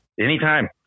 anytime